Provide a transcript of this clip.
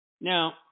Now